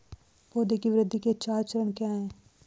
पौधे की वृद्धि के चार चरण क्या हैं?